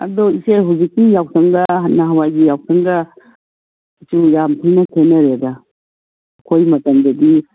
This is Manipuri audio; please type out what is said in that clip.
ꯑꯗꯣ ꯏꯆꯦ ꯍꯧꯖꯤꯛꯀꯤ ꯌꯥꯎꯁꯪꯒ ꯅꯍꯥꯟꯋꯥꯏꯒꯤ ꯌꯥꯎꯁꯪꯒ ꯏꯆꯦ ꯌꯥꯝꯊꯤꯅ ꯈꯦꯠꯅꯔꯦꯗ ꯑꯩꯈꯣꯏ ꯃꯇꯝꯗꯗꯤ